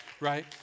Right